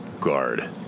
guard